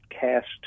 cast